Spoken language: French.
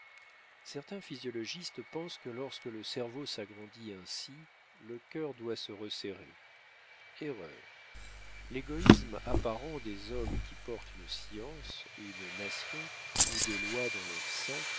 certains physiologistes pensent que lorsque le cerveau s'agrandit ainsi le cœur doit se resserrer erreur l'égoïsme apparent des hommes qui portent une science une nation ou des lois dans leur sein